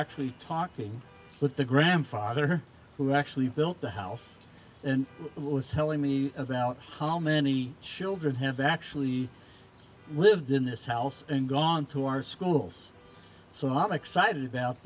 actually talking with the grandfather who actually built the house and it was telling me about how many children have actually lived in this house and gone to our schools so i'm excited about